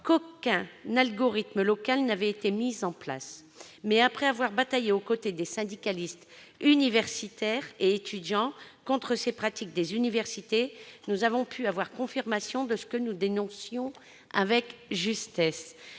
qu'aucun algorithme local n'avait été mis en place. Après avoir bataillé aux côtés des syndicalistes, universitaires et étudiants contre ces pratiques des universités, nous avons pu avoir confirmation de ce que nous dénoncions avec justesse.